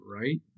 right